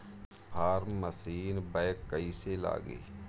Form machine bank कईसे लागी?